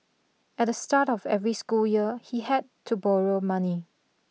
at the start of every school year he had to borrow money